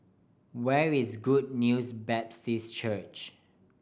where is Good News Baptist Church